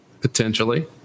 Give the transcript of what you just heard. potentially